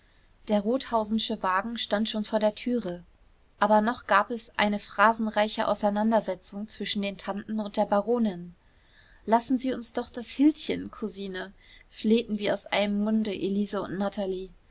der rothausensche wagen stand schon vor der türe aber noch gab es eine phrasenreiche auseinandersetzung zwischen den tanten und der baronin lassen sie uns doch das hildchen cousine flehten wie aus einem munde elise und natalie